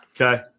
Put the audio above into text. Okay